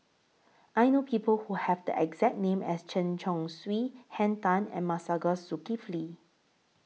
I know People Who Have The exact name as Chen Chong Swee Henn Tan and Masagos Zulkifli